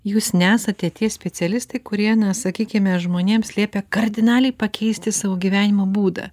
jūs nesate tie specialistai kurie na sakykime žmonėms liepia kardinaliai pakeisti savo gyvenimo būdą